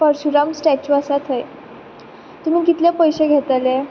Parshuram statue आसा थंय तुमी कितले पयशे घेतले